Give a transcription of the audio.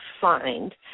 find